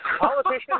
Politicians